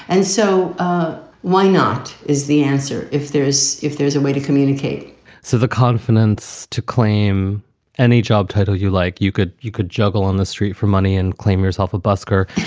and so ah why not? is the answer. if there's if there's a way to communicate so the confidence to claim any job title you like, you could you could juggle on the street for money and claim yourself a busker.